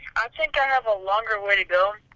i think i have a longer way to go,